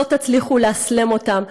לא תצליחו לאסלם אותם.